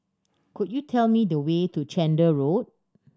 could you tell me the way to Chander Road